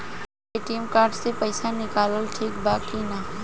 ATM card से पईसा निकालल ठीक बा की ना?